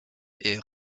est